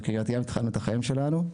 בקריית ים התחלנו את החיים שלנו.